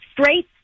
straight